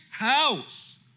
House